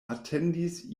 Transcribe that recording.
atendis